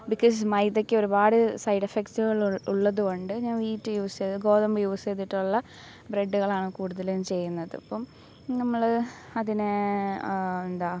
because മൈദയ്ക്കൊരുപാട് സൈഡെഫക്ട്സ്കൾ ഉൾ ഉള്ളത് കൊണ്ട് ഞാൻ വീറ്റ് യൂസ് ചെയ്ത് ഗോതമ്പ് യൂസ് ചെയ്തിട്ടുള്ള ബ്രെഡുകളാണ് കൂടുതലും ചെയ്യുന്നത് അപ്പം നമ്മൾ അതിനെ എന്താ